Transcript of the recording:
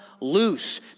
loose